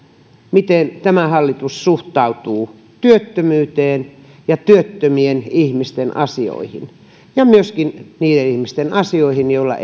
miten tämä hallitus suhtautuu työttömyyteen ja työttömien ihmisten asioihin ja myöskin niiden ihmisten aisoihin joilla